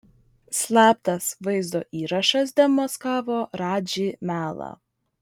slaptas vaizdo įrašas demaskavo radži melą